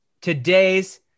today's